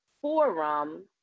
forum